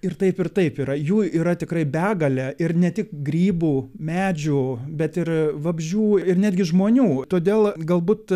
ir taip ir taip yra jų yra tikrai begalę ir ne tik grybų medžių bet ir vabzdžių ir netgi žmonių todėl galbūt